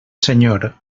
senyor